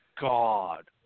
God